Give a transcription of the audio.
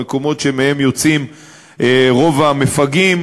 במקומות שמהם יוצאים רוב המפגעים.